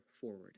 forward